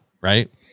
right